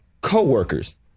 coworkers